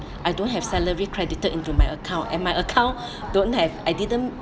I don't have salary credited into my account and my account don't have I didn't